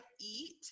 eat